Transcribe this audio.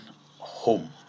home